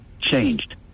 changed